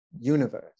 universe